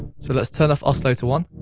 so let's turn off oscillator one,